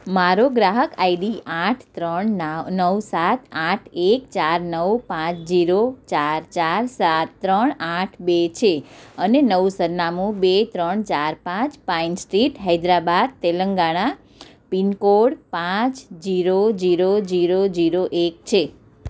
મારો ગ્રાહક આઈડી આઠ ત્રણ ના નવ સાત આઠ એક ચાર નવ પાંચ જીરો ચાર ચાર સાત ત્રણ આઠ બે છે અને નવું સરનામું બે ત્રણ ચાર પાંચ Pine Street Hyderabad Telangana pin code પાંચ જીરો જીરો જીરો જીરો એક છે